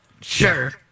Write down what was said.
Sure